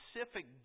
specific